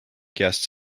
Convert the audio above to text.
guests